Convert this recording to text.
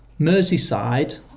Merseyside